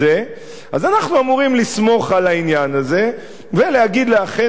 אז אנחנו אמורים לסמוך על העניין הזה ולהגיד לאחינו המתיישבים,